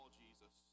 jesus